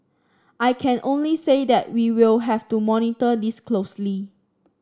I can only say that we will have to monitor this closely